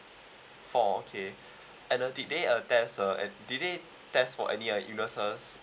four okay and uh did they uh test uh add did they test for any uh illnesses